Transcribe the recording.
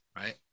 right